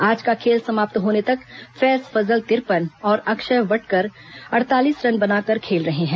आज का खेल समाप्त होने तक फैज फजल तिरपन और अक्षय वडकर अड़तालीस रन बनाकर खेल रहे हैं